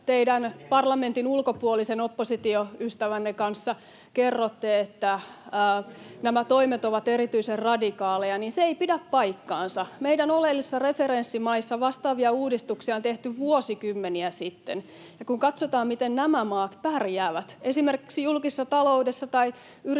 teidän parlamentin ulkopuolisen oppositioystävänne kanssa kerrotte, että nämä toimet ovat erityisen radikaaleja, ei pidä paikkaansa. Meidän oleellisissa referenssimaissa vastaavia uudistuksia on tehty vuosikymmeniä sitten, ja kun katsotaan, miten nämä maat pärjäävät esimerkiksi julkisessa taloudessa tai yritysten